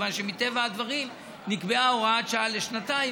מכיוון שמטבע הדברים נקבעה הוראת שעה לשנתיים,